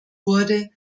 wurde